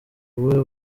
ubuhe